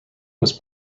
was